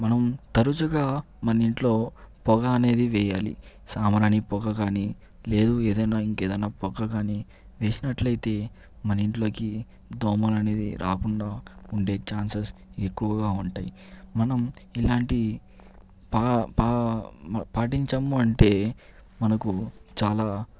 మనం తరుచుగా మన ఇంట్లో పొగ అనేది వేయాలి సామ్రాణి పొగ కానీ లేదు ఏదైన ఇంకేదైన పొగకానీ వేసినట్లయితే మన ఇంట్లోకి దోమలనేవి రాకుండా ఉండే ఛాన్సెస్ ఎక్కువగా ఉంటాయి మనం ఇలాంటి పా పా పాటించాము అంటే మనకు చాలా